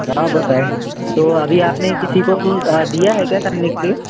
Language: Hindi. घामापुर साइड तो अभी आपने किसी को दिया है क्या करने के लिए